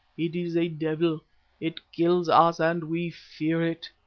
it is a devil it kills us and we fear it.